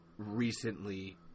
recently